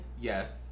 yes